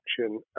action